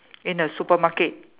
in the supermarket